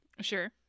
Sure